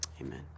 amen